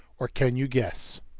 or can you guess?